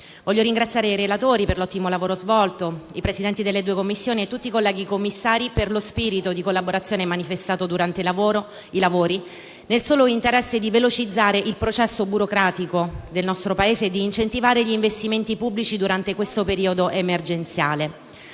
Voglio ringraziare i relatori per l'ottimo lavoro svolto, i Presidenti delle due Commissioni e tutti i colleghi commissari per lo spirito di collaborazione manifestato durante i lavori, nel solo interesse di velocizzare il processo burocratico del nostro Paese e di incentivare gli investimenti pubblici durante questo periodo emergenziale.